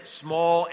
small